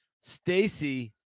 Stacy